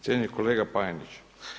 Cijenjeni kolega Paneniću.